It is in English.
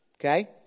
Okay